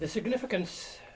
the significance